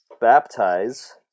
Baptize